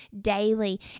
daily